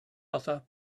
other